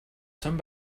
some